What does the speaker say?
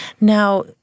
Now